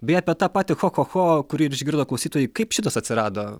beje apie tą patį ho ho ho kurį ir išgirdo klausytojai kaip šitas atsirado